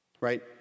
right